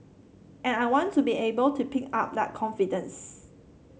and I want to be able to pick up that confidence